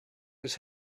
was